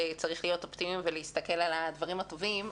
שצריך להיות אופטימיים ולהסתכל על הדברים הטובים,